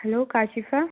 hello Kashifa